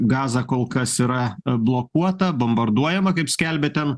gaza kol kas yra blokuota bombarduojama kaip skelbia ten